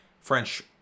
French